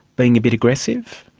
being a bit aggressive.